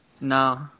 No